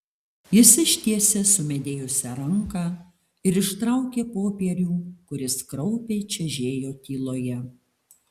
jis ištiesė sumedėjusią ranką ir ištraukė popierių kuris kraupiai čežėjo tyloje